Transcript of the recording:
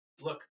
look